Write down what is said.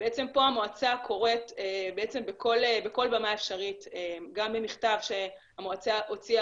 ובעצם פה המועצה קוראת בכל במה אפשרית גם במכתב שהמועצה הוציאה